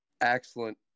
excellent